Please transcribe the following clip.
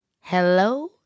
Hello